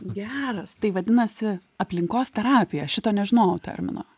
geras tai vadinasi aplinkos terapija šito nežinojau termino